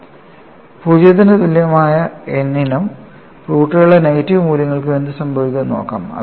0 ന് തുല്യമായ n നും റൂട്ടുകളുടെ നെഗറ്റീവ് മൂല്യങ്ങൾക്കും എന്ത് സംഭവിക്കുമെന്ന് നോക്കാം